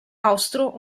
austro